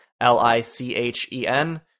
L-I-C-H-E-N